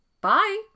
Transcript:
Bye